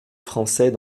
français